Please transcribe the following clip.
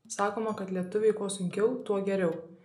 sakoma kad lietuviui kuo sunkiau tuo geriau